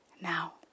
now